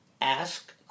Ask